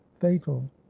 fatal